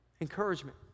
Encouragement